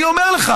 אני אומר לך,